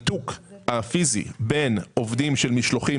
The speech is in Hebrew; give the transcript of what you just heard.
יש ניתוק פיזי בין עובדים של משלוחים,